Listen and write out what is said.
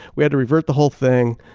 we had to revert the whole thing,